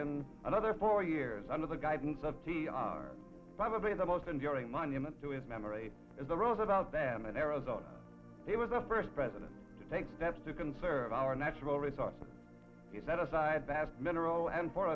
in another four years under the guidance of t r probably the most enduring monument to his memory the rules about them and arrows on it was the first president to take steps to conserve our natural resources he set aside vast mineral and for